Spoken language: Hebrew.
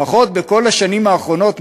לפחות בכל השנים האחרונות,